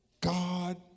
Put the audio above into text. God